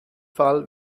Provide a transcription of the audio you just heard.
fall